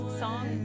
song